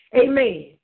Amen